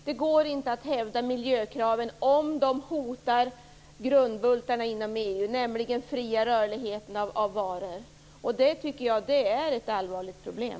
Det går inte att hävda miljökraven om de hotar grundbultarna inom EU, nämligen den fria rörligheten av varor. Detta tycker jag är ett allvarligt problem.